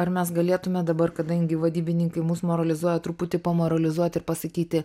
ar mes galėtume dabar kadangi vadybininkai mus moralizuoja truputį pamoralizuoti ir pasakyti